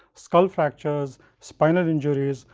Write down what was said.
skull fractures, spinal injuries,